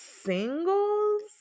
singles